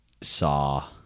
saw